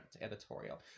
editorial